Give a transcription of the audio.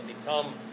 become